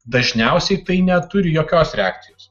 dažniausiai tai neturi jokios reakcijos